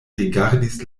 rigardis